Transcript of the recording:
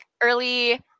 early